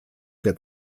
der